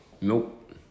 Nope